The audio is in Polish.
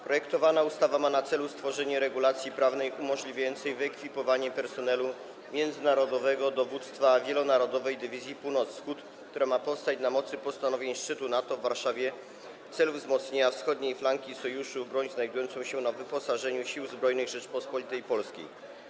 Projektowana ustawa ma na celu stworzenie regulacji prawnej umożliwiającej wyekwipowanie personelu międzynarodowego Dowództwa Wielonarodowej Dywizji Północ-Wschód, które ma powstać na mocy postanowień szczytu NATO w Warszawie w celu wzmocnienia wschodniej flanki Sojuszu, w broń znajdującą się na wyposażeniu Sił Zbrojnych Rzeczypospolitej Polskiej.